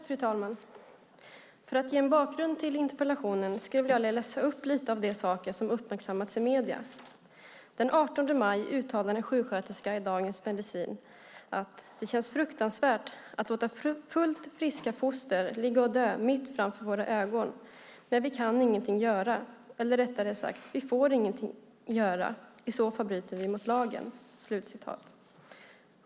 Fru talman! För att ge en bakgrund till interpellationen skulle jag vilja läsa upp lite av de saker som uppmärksammats i medier. Den 18 maj uttalar en sjuksköterska i Dagens Medicin: "Det känns fruktansvärt att låta fullt friska foster ligga och dö framför våra ögon, men vi kan ingenting göra. Eller rättare sagt: vi får inte göra någonting. I så fall bryter vi mot lagen."